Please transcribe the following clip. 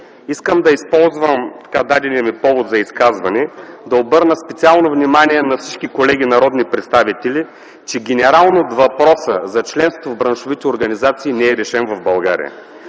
Искам да използвам дадената ми възможност за изказване, за да обърна специално внимание на всички колеги народни представители, че генерално въпроса за членство в браншовите организации не е решен в България.